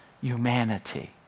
humanity